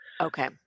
Okay